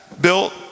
built